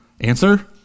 Answer